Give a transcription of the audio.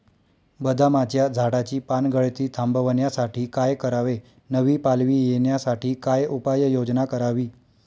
बदामाच्या झाडाची पानगळती थांबवण्यासाठी काय करावे? नवी पालवी येण्यासाठी काय उपाययोजना करावी?